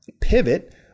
pivot